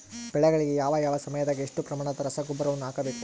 ಬೆಳೆಗಳಿಗೆ ಯಾವ ಯಾವ ಸಮಯದಾಗ ಎಷ್ಟು ಪ್ರಮಾಣದ ರಸಗೊಬ್ಬರವನ್ನು ಹಾಕಬೇಕು?